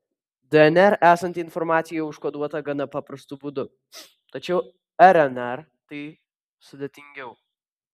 dnr esanti informacija užkoduota gana paprastu būdu tačiau rnr tai sudėtingiau